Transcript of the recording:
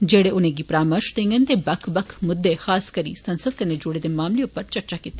जेड़े उनें परामर्श देंडन ते बक्ख बक्ख मुद्दे खास करी संसद कन्नै जुड़े दे मामले उप्पर चर्चा कीती